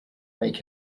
make